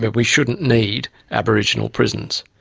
but we shouldn't need aboriginal prisons,